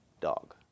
dog